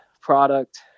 product